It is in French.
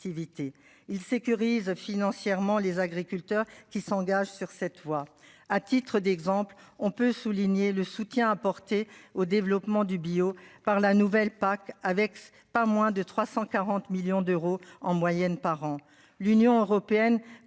il sécurise financièrement les agriculteurs qui s'engage sur cette voie. À titre d'exemple, on peut souligner le soutien apporté au développement du bio par la nouvelle PAC avec pas moins de 340 millions d'euros en moyenne par an.